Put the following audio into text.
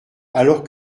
alors